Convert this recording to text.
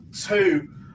two